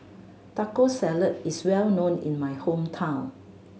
Taco Salad is well known in my hometown